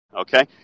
Okay